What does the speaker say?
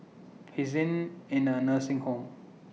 he is in in A nursing home